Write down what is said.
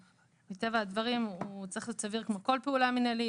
מטבע הדברים הוא צריך להיות סביר כמו כל פעולה מינהלית.